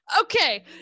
Okay